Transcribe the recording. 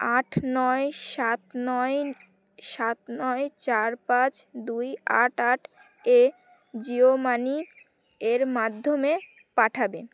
আট নয় সাত নয় সাত নয় চার পাঁচ দুই আট আট এ জিও মানি এর মাধ্যমে পাঠাবেন